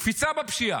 קפיצה בפשיעה,